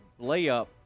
layup